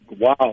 wow